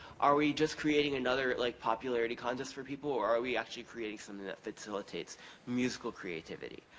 are we just creating another like popularity contest for people? or ar we actually creating something that facilitates musical creativity?